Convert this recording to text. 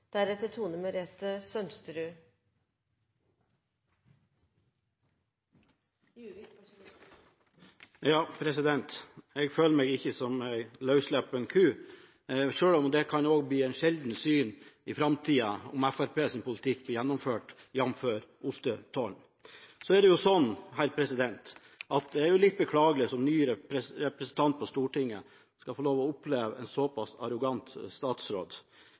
Jeg føler meg ikke som ei løssluppen ku, selv om det også kan bli et sjeldent syn i framtida om Fremskrittspartiets politikk blir gjennomført – jamfør ostetollen. Så er det jo litt beklagelig at en som ny representant på Stortinget skal få oppleve en såpass arrogant statsråd.